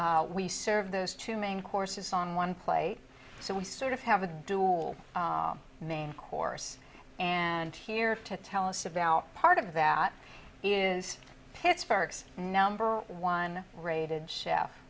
we serve those two main courses on one plate so we sort of have a dual main course and here to tell us about part of that is pittsburgh's number one rated chef